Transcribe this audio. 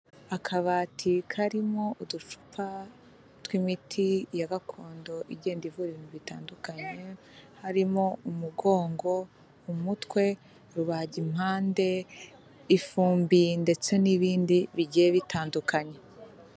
Akabati karimo uducupa tw'imiti ya gakondo igenda ivura ibintu bitandukanye harimo umugongo, umutwe, rubagimpande, ifumbi ndetse n'ibindi bigiye bitandukanye.